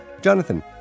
Jonathan